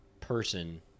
person